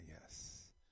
yes